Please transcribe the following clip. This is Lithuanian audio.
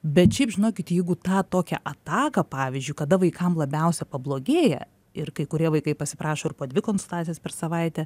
bet šiaip žinokit jeigu tą tokią ataką pavyzdžiui kada vaikam labiausia pablogėja ir kai kurie vaikai pasiprašo ir po dvi konsultacijas per savaitę